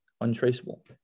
untraceable